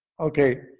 okay.